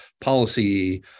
policy